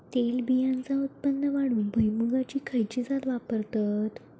तेलबियांचा उत्पन्न वाढवूक भुईमूगाची खयची जात वापरतत?